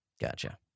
Gotcha